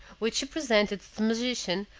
which she presented to the magician,